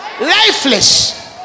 lifeless